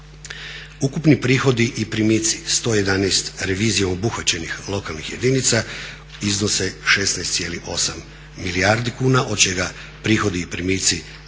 Ukupni prihodi i primici 111 revizija obuhvaćenih lokalnih jedinica iznose 16,8 milijardi kuna, od čega prihodi i primici 20